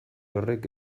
horrek